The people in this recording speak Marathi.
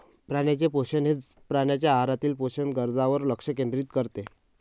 प्राण्यांचे पोषण हे प्राण्यांच्या आहारातील पोषक गरजांवर लक्ष केंद्रित करते